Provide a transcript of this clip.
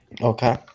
Okay